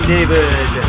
David